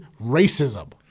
Racism